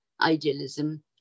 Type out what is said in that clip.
idealism